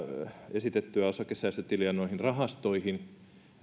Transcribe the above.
esitettyjä osakesäästötilejä rahastoihin